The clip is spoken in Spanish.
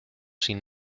sin